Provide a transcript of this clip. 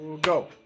Go